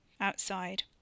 Outside